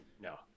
No